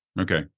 okay